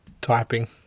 typing